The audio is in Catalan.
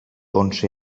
onze